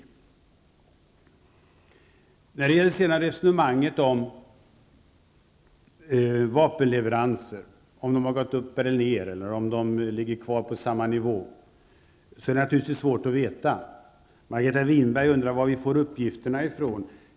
Det är naturligtvis svårt att veta om mängden vapenleveranser ökat eller minskat eller ligger kvar på samma nivå. Margareta Winberg undrar varifrån vi fått uppgifterna.